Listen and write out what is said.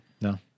No